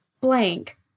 blank